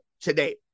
today